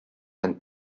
and